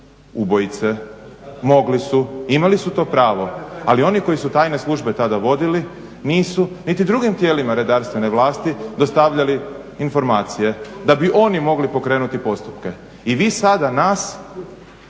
ubojice. Mogli su, imali su to pravo ali oni koji su tajne službe tada vodili nisu niti drugim tijelima redarstvene vlasti dostavljali informacije da bi oni mogli pokrenuti postupke i vi sada nas